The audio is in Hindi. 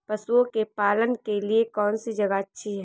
पशुओं के पालन के लिए कौनसी जगह अच्छी है?